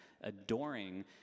adoring